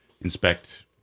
inspect